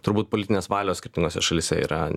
turbūt politinės valios skirtingose šalyse yra ne